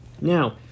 now